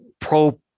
pro